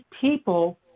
people